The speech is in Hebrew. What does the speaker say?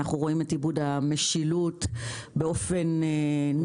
אנחנו רואים את איבוד המשילות באופן נרחב,